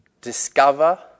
Discover